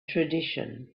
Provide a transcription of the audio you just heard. tradition